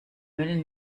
müll